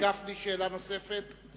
שאלה נוספת לחבר הכנסת גפני.